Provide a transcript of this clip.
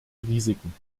risiken